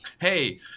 hey